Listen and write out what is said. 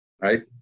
right